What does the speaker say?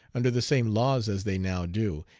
under the same laws as they now do,